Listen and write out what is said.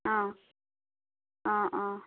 অঁ অঁ অঁ